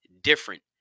different